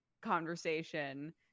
conversation